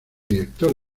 director